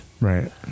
right